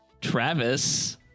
Travis